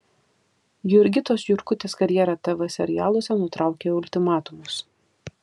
jurgitos jurkutės karjerą tv serialuose nutraukė ultimatumas